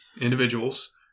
individuals